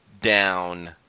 down